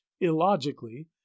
illogically